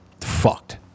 fucked